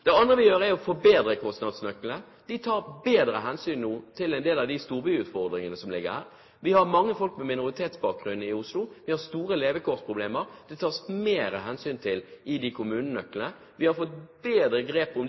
å forbedre kostnadsnøklene. De tar nå bedre hensyn til en del av storbyutfordringene som er. Vi har mange folk med minoritetsbakgrunn i Oslo. Vi har store levekårsproblemer. Dette tas mer hensyn til i kostnadsnøklene. Vi har fått bedre grep om